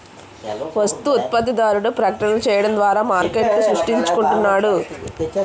వస్తు ఉత్పత్తిదారుడు ప్రకటనలు చేయడం ద్వారా మార్కెట్ను సృష్టించుకుంటున్నాడు